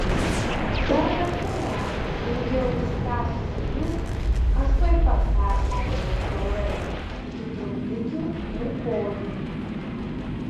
per bet kurią ilgiau užsitęsusią liūtį aš tuoj pat peršlapdavau kiaurai iki trumpikių ir kojinių